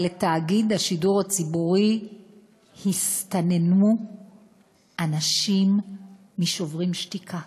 אבל לתאגיד השידור הציבורי הסתננו אנשים מ"שוברים שתיקה".